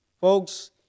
Folks